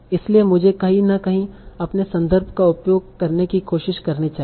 इसलिए मुझे कहीं न कहीं अपने संदर्भ का उपयोग करने की कोशिश करनी चाहिए